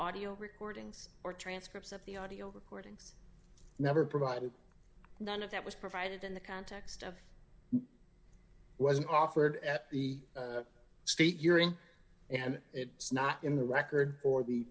audio recordings or transcripts of the audio recordings never provided none of that was provided in the context of wasn't offered at the state you're in and it's not in the record or